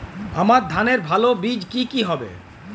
আমান ধানের ভালো বীজ কি কি হবে?